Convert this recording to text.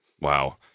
Wow